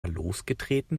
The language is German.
losgetreten